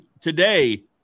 today